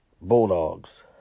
Bulldogs